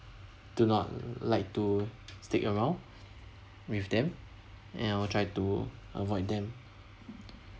do not like to stick around with them and I will try to avoid them